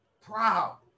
proud